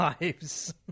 lives